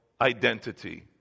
identity